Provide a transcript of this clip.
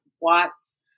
watts